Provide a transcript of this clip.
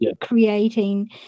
creating